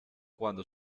cuando